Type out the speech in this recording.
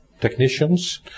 technicians